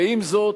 ועם זאת,